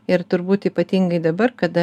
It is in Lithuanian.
ir turbūt ypatingai dabar kada